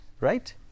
Right